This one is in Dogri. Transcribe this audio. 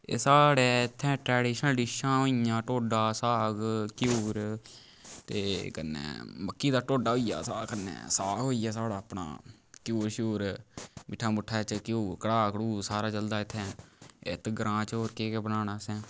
एह् साढ़ै इत्थै ट्रैडिशनल डिशां होई गेइयां टोडा साग घ्यूर ते कन्नै मक्की दा टोडा होई गेआ साग कन्नै साग होई गेआ साढ़ा अपना घ्यूर छ्यूर मिट्ठे मुट्ठे च कड़ाह कडू सारा चलदा इत्थै इत्त ग्रांऽ च होर केह् केह् बनाना असें